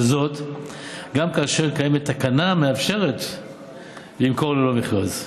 גם כאשר קיימת תקנה המאפשרת למכור ללא מכרז.